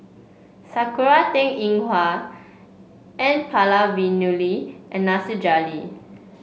Sakura Teng Ying Hua N Palanivelu and Nasir Jalil